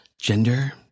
gender